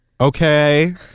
Okay